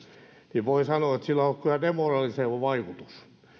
niin voin sanoa että sillä on ollut kyllä demoralisoiva vaikutus